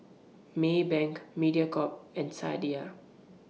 Maybank Mediacorp and Sadia